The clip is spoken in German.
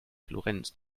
florenz